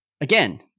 Again